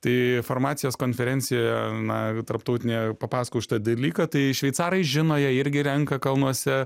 tai farmacijos konferencijoje na tarptautinėje papasakojau šitą dalyką tai šveicarai žino jie irgi renka kalnuose